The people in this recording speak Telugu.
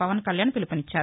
పవన్ కళ్యాణ్ పిలుపునిచ్చారు